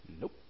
nope